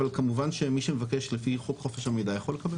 אבל כמובן שמי שמבקש לפי חוק חופש המידע יכול לקבל אותה.